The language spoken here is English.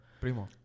Primo